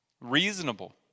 reasonable